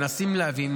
מנסים להבין,